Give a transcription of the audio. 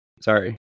Sorry